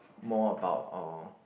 more about uh